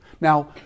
Now